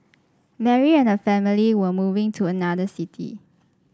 Mary and her family were moving to another city